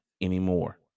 anymore